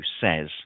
says